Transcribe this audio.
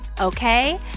Okay